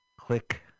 Click